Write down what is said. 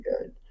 good